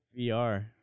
VR